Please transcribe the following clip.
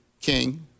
King